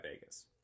Vegas